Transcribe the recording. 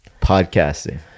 Podcasting